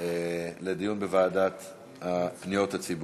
לדיון בוועדה לפניות הציבור.